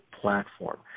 platform